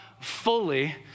fully